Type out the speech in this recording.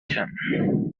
him